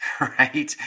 right